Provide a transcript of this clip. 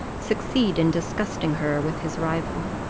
succeed in disgusting her with his rival.